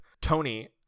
Tony